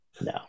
no